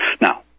Now